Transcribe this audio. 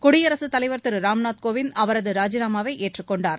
குடியரசுத் தலைவர் திருராம்நாத் கோவிந்த் அவரது ராஜினாமாவை ஏற்றுக் கொண்டார்